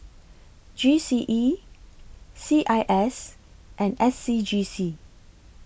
G C E C I S and S C G C